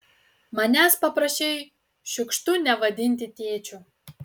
manęs paprašei šiukštu nevadinti tėčiu